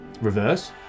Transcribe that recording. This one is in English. Reverse